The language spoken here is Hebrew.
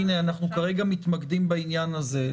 הינה, אנחנו כרגע מתמקדים בעניין הזה.